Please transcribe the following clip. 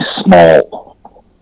small